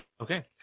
okay